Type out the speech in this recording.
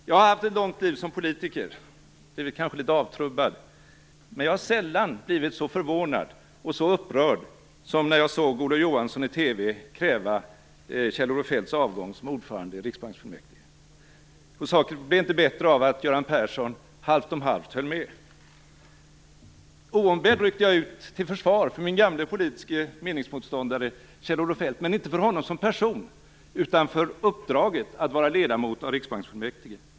Jag har haft ett långt liv som politiker, och kanske blivit litet avtrubbad. Men jag har sällan blivit så förvånad och så upprörd som när jag hörde Olof Johansson i TV kräva Kjell-Olof Feldts avgång från posten som ordförande i Riksbanksfullmäktige. Saken blev inte bättre av att Göran Persson halvt om halvt höll med. Oombedd ryckte jag ut till försvar för min gamle politiske meningsmotståndare Kjell-Olof Feldt - inte för honom som person utan för uppdraget att vara ledamot av Riksbanksfullmäktige.